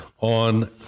on